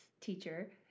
teacher